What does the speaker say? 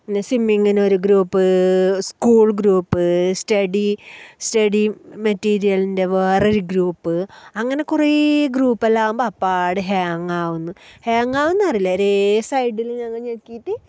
പിന്നെ സ്വിമ്മിങ്ങിന് ഒരു group school group study study മെറ്റീരിയലിൻ്റെ വേറൊരു ഗ്രൂപ്പ് അങ്ങനെ കുറേ ഗ്രൂപ്പ് എല്ലാം ആവുമ്പം അപ്പാടെ ഹാങ്ങ് ആവുന്നു ഹാങ്ങ് അവുന്നതറിയില്ല ഒരേ സൈഡിൽ ഞങ്ങൾ ഞെക്കിയിട്ട്